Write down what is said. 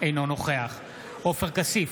אינו נוכח עופר כסיף,